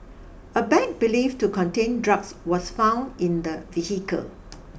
a bag believed to contain drugs was found in the vehicle